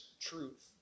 truth